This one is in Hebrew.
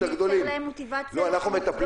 אבל אתה מייצר להם מוטיבציה לא לבדוק